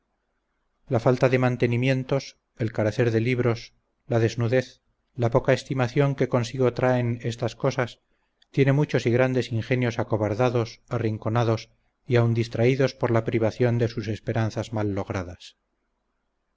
la falta de mantenimientos el carecer de libros la desnudez la poca estimación que consigo traen estas cosas tiene muchos y grandes ingenios acobardados arrinconados y aun distraídos por la privación de sus esperanzas